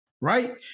right